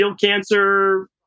cancer